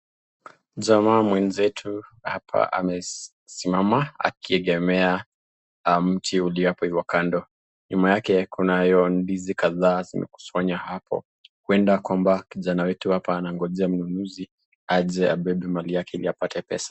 Jama mwenzetu hapa amesimama akiegemea mti iliyokuwa kando. Nyuma yake kunayo ndizi kadhaa zenyekusanywa hapo. uenda kwamba kijana wetu hapa anagonja mnunuzi aje abebe mali yake ili apate pesa.